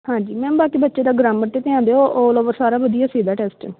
ਹਾਂਜੀ ਮੈਮ ਬਾਕੀ ਬੱਚੇ ਦਾ ਗਰਾਮਰ 'ਤੇ ਧਿਆਨ ਦਿਓ ਔਲ ਓਵਰ ਸਾਰਾ ਵਧੀਆ ਸੀ ਇਹਦਾ ਟੈਸਟ